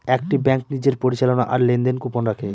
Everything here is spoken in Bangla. একটি ব্যাঙ্ক নিজের পরিচালনা আর লেনদেন গোপন রাখে